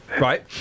right